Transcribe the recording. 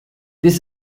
this